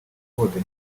code